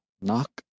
Knock